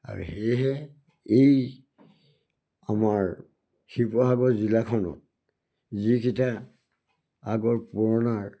আৰু সেয়েহে এই আমাৰ শিৱসাগৰ জিলাখনত যিকেইটা আগৰ পুৰণা